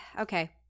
okay